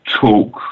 talk